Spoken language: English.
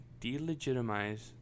delegitimize